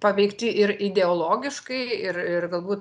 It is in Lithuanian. paveikti ir ideologiškai ir ir galbūt